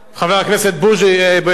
חבר הכנסת הרצוג.